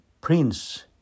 prince